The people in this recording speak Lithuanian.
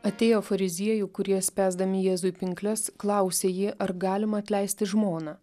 atėjo fariziejų kurie spęsdami jėzui pinkles klausė jį ar galima atleisti žmoną